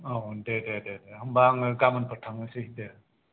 औ दे दे दे होनबा आङो गाबोनफोर थांनोसै दे